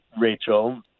rachel